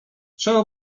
trzeba